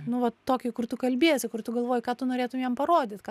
nu vat tokį kur tu kalbiesi kur tu galvoji ką tu norėtum jam parodyt ką